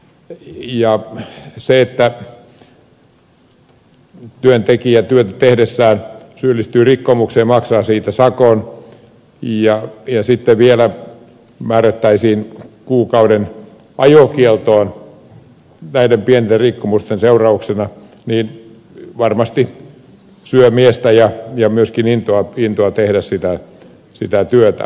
ja jos työntekijä työtä tehdessään syyllistyy rikkomukseen maksaa siitä sakon ja sitten hänet vielä määrättäisiin kuukauden ajokieltoon näiden pienten rikkomusten seurauksena niin se varmasti syö miestä ja myöskin intoa tehdä sitä työtä